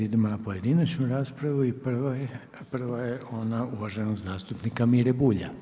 Sad idemo na pojedinačnu raspravu i prva je ona uvaženog zastupnika Mire Bulja.